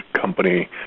Company